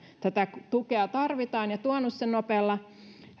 tätä tukea tarvitaan ja tuonut sen nopealla